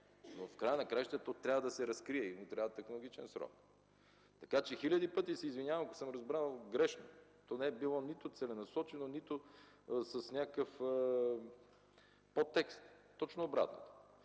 но в края на краищата то трябва да се разкрие и им трябва технологичен срок. Хиляди пъти се извинявам, ако съм разбран грешно. Не е било нито целенасочено, нито с някакъв подтекст – точно обратното.